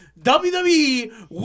WWE